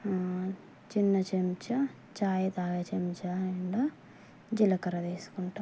చిన్న చెంచా చాయ్ తాగే చెంచా నిండా జీలకర్ర తీసుకుంటాను